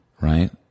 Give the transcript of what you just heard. right